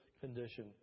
condition